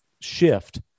shift